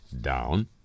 Down